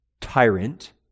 tyrant